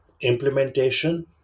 implementation